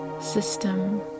system